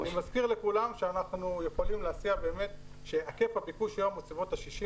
אני מזכיר לכולם שהיקף הביקוש היום הוא בסביבות ה-60